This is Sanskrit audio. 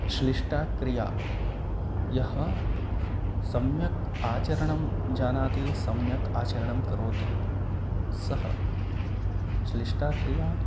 श्लिष्टा क्रिया यः सम्यक् आचरणं जानाति सम्यक् आचरणं करोति सः श्लिष्टा क्रिया